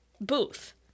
booth